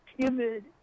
timid